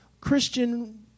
christian